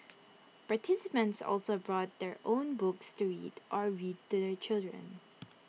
participants also brought their own books to read or read to their children